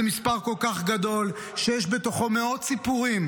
זה מספר כל כך גדול, ויש בתוכו מאות סיפורים